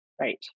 right